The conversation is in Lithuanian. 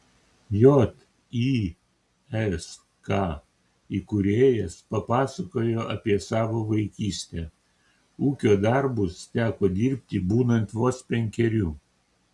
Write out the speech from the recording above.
jysk įkūrėjas papasakojo apie savo vaikystę ūkio darbus teko dirbti būnant vos penkerių